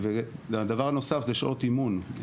הדבר הנוסף הוא שעות אימון.